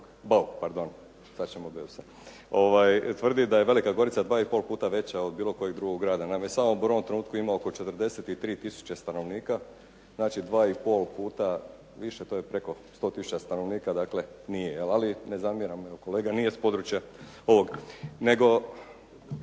Bauk, pardon, tvrdi da je Velika Gorica dva i pol puta veća od bilo kojeg drugog grada. Naime, Samobor u ovom trenutku ima oko 43 tisuće stanovnika, znači 2,5 puta više, to je preko 100 tisuća stanovnika, dakle nije, ali ne zamjeram, kolega nije s područja ovog.